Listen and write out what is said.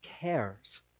cares